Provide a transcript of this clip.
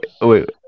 wait